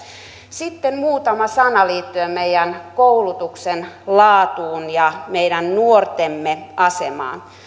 sitten muutama sana liittyen meidän koulutuksemme laatuun ja meidän nuortemme asemaan